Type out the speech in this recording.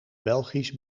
belgisch